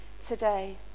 today